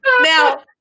Now